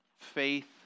faith